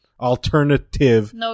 alternative